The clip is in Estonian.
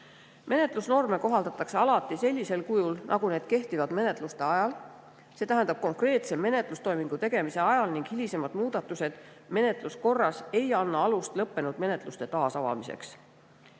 Menetlusnorme kohaldatakse alati sellisel kujul, nagu need kehtivad menetluse ajal, see tähendab konkreetse menetlustoimingu tegemise ajal, ning hilisemad muudatused menetluskorras ei anna alust lõppenud menetluste taasavamiseks. Vaat